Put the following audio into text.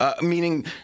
Meaning